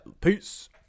Peace